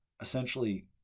essentially